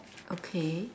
okay